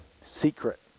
secret